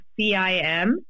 CIM